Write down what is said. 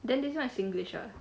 then this [one] is singlish ah